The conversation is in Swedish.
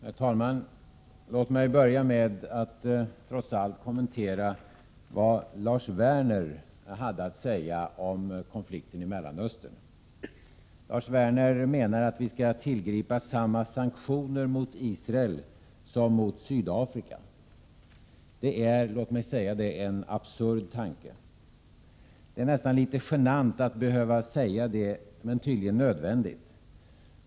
Herr talman! Låt mig börja med att trots allt kommentera vad Lars Werner hade att säga om konflikten i Mellanöstern. Lars Werner menar att vi skall tillgripa samma sanktioner mot Israel som mot Sydafrika. Det är en absurd tanke. Det är nästan litet genant att behöva säga det, men tydligen nödvändigt.